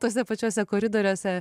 tuose pačiuose koridoriuose